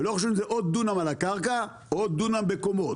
ולא חשוב אם זה עוד דונם על הקרקע או עוד דונם בקומות.